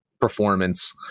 performance